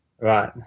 Right